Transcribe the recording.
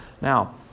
Now